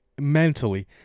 mentally